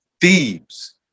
thebes